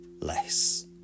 less